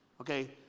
Okay